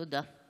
תודה.